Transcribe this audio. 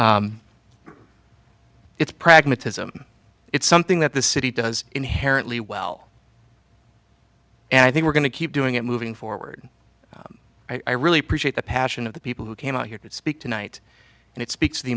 it's pragmatism it's something that the city does inherently well and i think we're going to keep doing it moving forward i really appreciate the passion of the people who came out here to speak tonight and it speaks the